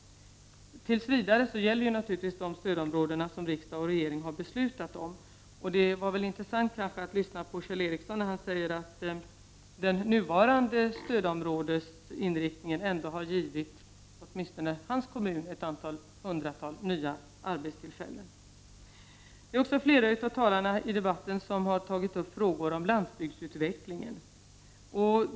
Tills vidare gäller naturligtvis de stödområden som riksdag och regering har beslutat om. Det var intressant att höra Kjell Ericsson säga att den nuvarande stödområdesindelningen ändå har gett åtminstone hans kommun ett antal hundratal arbetstillfällen. Flera av talarna i debatten har också tagit upp frågor om landsbygdsutveckling.